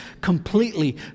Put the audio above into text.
completely